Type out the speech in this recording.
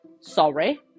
sorry